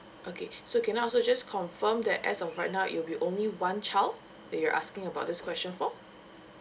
okay so can I also just confirm that as of right now it will be only one child that you're asking about this question for